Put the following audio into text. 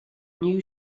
new